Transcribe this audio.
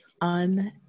on